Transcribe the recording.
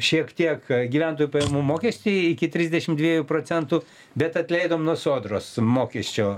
šiek tiek gyventojų pajamų mokestį iki trisdešim dviejų procentų bet atleidom nuo sodros mokesčio